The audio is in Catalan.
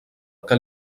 que